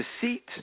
deceit